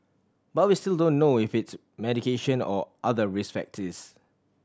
but we still don't know if it's medication or other risk factors